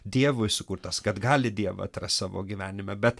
dievui sukurtas kad gali dievą atras savo gyvenime bet